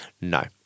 no